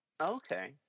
Okay